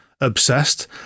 obsessed